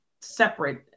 separate